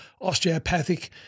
Osteopathic